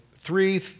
three